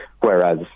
whereas